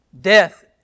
death